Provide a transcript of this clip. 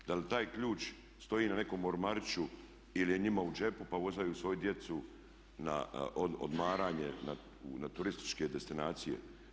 Da li taj ključ stoji na nekom ormariću ili je njima u džepu pa vozaju svoju djecu na odmaranje, na turističke destinacije?